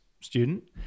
Student